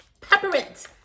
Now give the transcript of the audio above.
peppermint